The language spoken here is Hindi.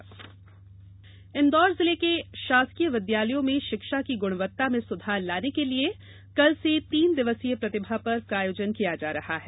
प्रतिभा पर्व इंदौर जिले के शासकीय विद्यालयों में शिक्षा की गुणवत्ता में सुधार लाने के लिये कल से तीन दिवसीय प्रतिभा पर्व का आयोजन किया जा रहा है